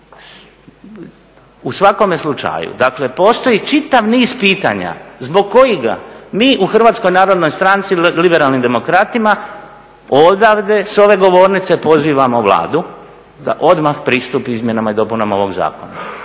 U svakome slučaju, dakle postoji čitav niz pitanja zbog kojega mi u Hrvatskoj narodnoj stranci-Liberanim demokratima odavde, sa ove govornice pozivamo Vladu da odmah pristupi izmjenama i dopunama ovoga zakona.